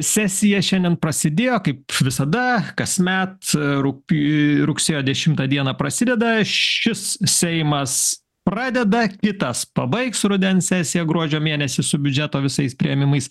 sesija šiandien prasidėjo kaip visada kasmet rugpjū rugsėjo dešimtą dieną prasideda šis seimas pradeda kitas pabaigs rudens sesiją gruodžio mėnesį su biudžeto visais priėmimais